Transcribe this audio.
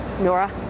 Nora